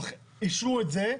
אישרו את זה.